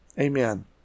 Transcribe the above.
Amen